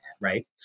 Right